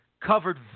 Covered